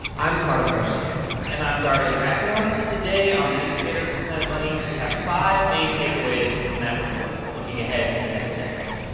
i'm cardiff garcia and i'm darius rafieyan. today on the indicator from planet money, we have five main takeaways from that report, looking ahead to the next decade.